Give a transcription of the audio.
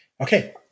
Okay